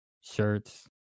shirts